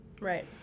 Right